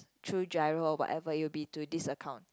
through giro or whatever it would be to this account